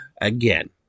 again